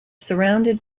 surrounded